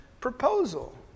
proposal